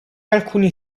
alcuni